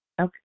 Okay